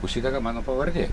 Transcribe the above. užsidega mano pavardė